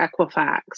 Equifax